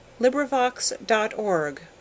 Librivox.org